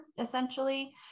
essentially